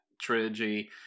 trilogy